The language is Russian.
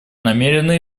намерены